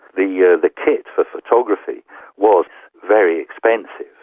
the yeah the kit for photography was very expensive.